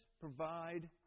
provide